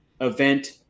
event